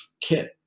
Kit